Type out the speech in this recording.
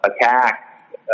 attack